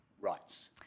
rights